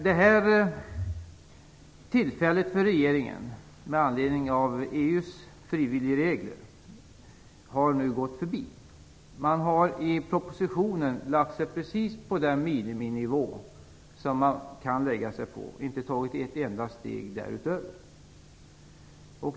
Detta tillfälle, med anledning av EU:s frivilligregler, har nu gått regeringen förbi. Man har i propositionen lagt sig precis på den miniminivå som man kan lägga sig på och har inte tagit ett enda steg därutöver.